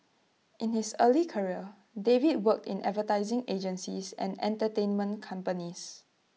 in his early career David worked in advertising agencies and entertainment companies